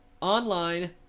online